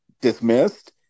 dismissed